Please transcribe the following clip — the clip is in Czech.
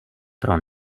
pro